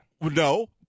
No